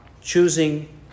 choosing